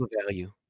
value